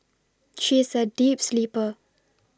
she is a deep sleeper